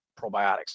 probiotics